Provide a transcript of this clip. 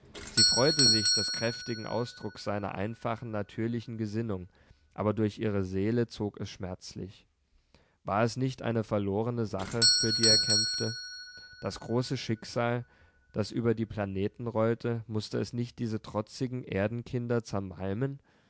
sie freute sich des kräftigen ausdrucks seiner einfachen natürlichen gesinnung aber durch ihre seele zog es schmerzlich war es nicht eine verlorene sache für die er kämpfte das große schicksal das über die planeten rollte mußte es nicht diese trotzigen erdenkinder zermalmen